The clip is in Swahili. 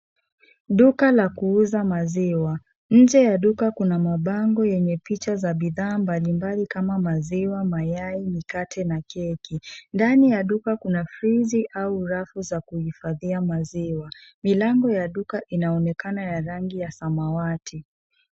Duka la kuuza maziwa. Nje ya duka kuna mabango yenye picha za bidhaa mbalimbali kama maziwa, mayai, mkate na keki. Ndani ya duka kuna fridge au rafu za kuhifadhia maziwa. Milango ya duka inaonekana ya rangi ya samawati.